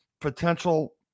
potential